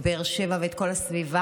את באר שבע ואת כל הסביבה,